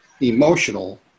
emotional